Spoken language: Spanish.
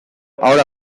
ahora